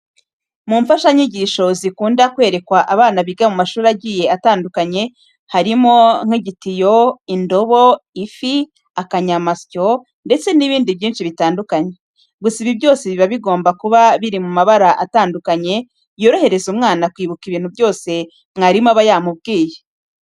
Mu mfashanyigisho zikunda kwerekwa abana biga mu mashuri agiye atandukanye, harimo nk'igitiyo, indobo, ifi, akanyamasyo ndetse n'ibindi byinshi bitandukanye. Gusa ibi byose biba bigomba kuba biri mu mabara atandukanye yorohereza umwana kwibuka ibintu byose mwarimu aba yamubwiye.